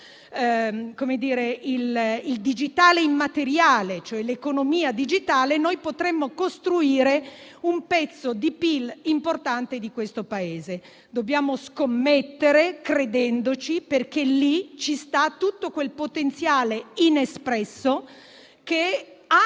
che definisco il digitale immateriale o l'economia digitale, potremmo costruire un pezzo di PIL importante del Paese. Dobbiamo scommettere credendoci perché lì c'è tutto il potenziale inespresso, che